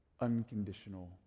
unconditional